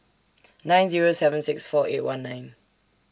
nine Zero seven six four eight one nine